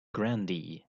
grandee